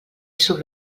surt